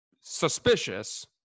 suspicious